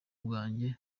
bwanjye